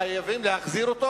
חייבים להחזיר אותו